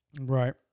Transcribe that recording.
Right